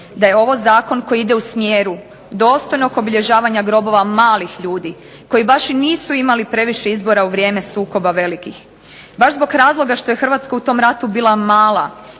da je ovo zakon koji ide u smjeru dostojnog obilježavanja grobova malih ljudi koji baš i nisu imali previše izbora u vrijeme sukoba velikih. Baš zbog razloga što je Hrvatska u tom ratu bila mala